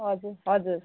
हजुर हजुर